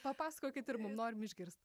papasakokit ir mum norim išgirst